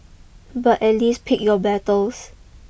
but at least pick your battles